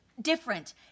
different